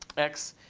x